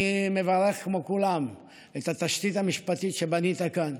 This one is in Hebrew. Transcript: אני מברך, כמו כולם, את התשתית המשפטית שבנית כאן.